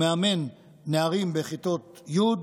או מאמן, נערים בכיתות י'.